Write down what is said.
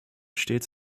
stets